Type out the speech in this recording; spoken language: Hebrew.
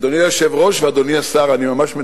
אדוני היושב-ראש, ואדוני השר, אני ממש מדבר,